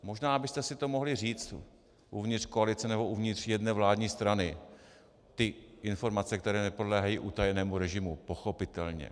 Možná byste si to mohli říct uvnitř koalice nebo uvnitř jedné vládní strany ty informace, které nepodléhají utajenému režimu, pochopitelně.